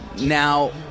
Now